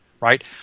right